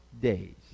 days